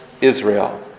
Israel